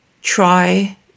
try